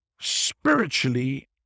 Spiritually